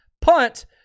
punt